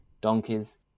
Donkeys